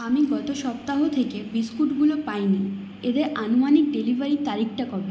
আমি গত সপ্তাহ থেকে বিস্কুটগুলো পাইনি এদের আনুমানিক ডেলিভারির তারিখটা কবে